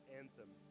anthem